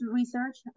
research